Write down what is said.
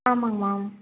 ஆமாங்க மேம்